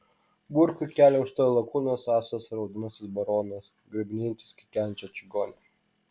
burkui kelią užstojo lakūnas asas raudonasis baronas grabinėjantis kikenančią čigonę